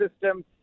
system